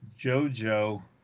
JoJo